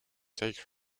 take